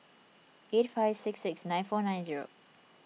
eight five six six nine four nine zero